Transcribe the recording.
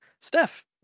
Steph